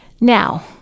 Now